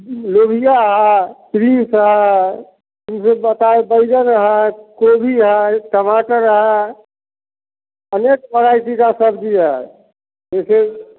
लोबिया है है तुमसे बताए बैंगन है गोभी है टमाटर है अनेक वैराइटी का सब्ज़ी है जैसे